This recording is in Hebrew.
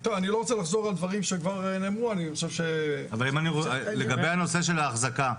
טוב אני לא רוצה לחזור על דברים שכבר נאמרו --- לגבי הנושא של האחזקה,